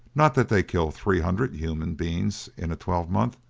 not that they kill three hundred human beings in a twelvemonth,